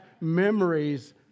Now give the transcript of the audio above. memories